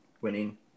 winning